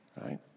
right